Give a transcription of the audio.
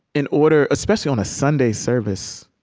in order especially on a sunday service